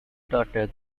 daughter